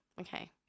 Okay